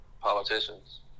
Politicians